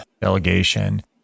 delegation